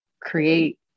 create